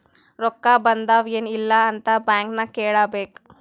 ರೊಕ್ಕಾ ಬಂದಾವ್ ಎನ್ ಇಲ್ಲ ಅಂತ ಬ್ಯಾಂಕ್ ನಾಗ್ ಕೇಳಬೇಕ್